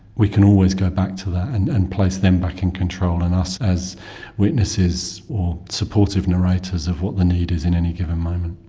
we can always go back to that and and place them back in control and us as witnesses or supportive narrators of what the need is in any given moment.